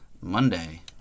monday